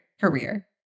career